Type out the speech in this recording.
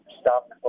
stop